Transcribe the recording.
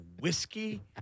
whiskey